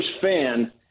fan